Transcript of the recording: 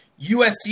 USC